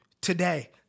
today